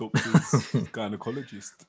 gynecologist